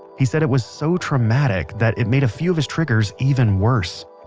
he said it was so traumatic that it made a few of his triggers even worse.